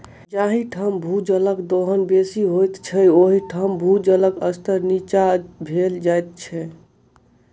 जाहि ठाम भूजलक दोहन बेसी होइत छै, ओहि ठाम भूजलक स्तर नीचाँ भेल जाइत छै